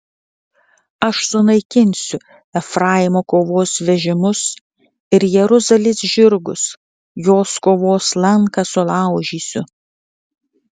aš sunaikinsiu efraimo kovos vežimus ir jeruzalės žirgus jos kovos lanką sulaužysiu